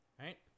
right